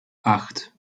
acht